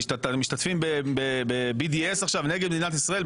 אתם משתתפים עכשיו ב-BDS נגד מדינת ישראל,